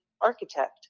architect